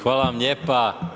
Hvala vam lijepa.